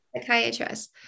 Psychiatrist